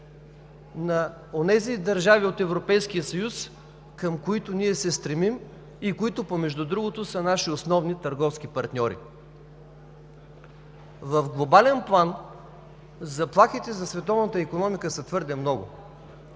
на онези държави от Европейския съюз, към които ние се стремим и които, между другото, са наши основни търговски партньори. В глобален план заплахите за световната икономика са твърде много.